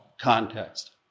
context